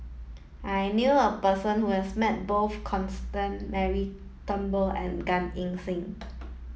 I knew a person who has met both Constance Mary Turnbull and Gan Eng Seng